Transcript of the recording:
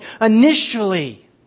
initially